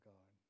God